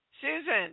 susan